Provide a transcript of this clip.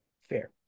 Fair